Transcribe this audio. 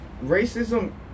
racism